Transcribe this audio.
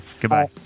Goodbye